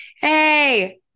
Hey